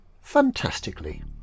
fantastically